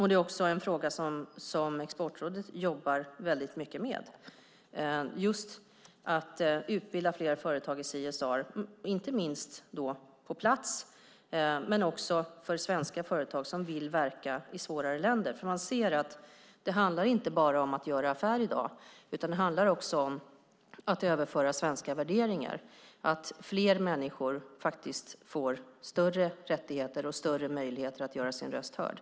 Det är också en fråga som Exportrådet jobbar väldigt mycket med. De jobbar med att utbilda fler företag i CSR. Det gäller inte minst företag på plats men också svenska företag som vill verka i svårare länder. Det handlar inte bara om att göra affärer i dag, utan det handlar också om att överföra svenska värderingar så att fler människor får större rättigheter och större möjligheter att göra sin röst hörd.